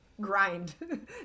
Grind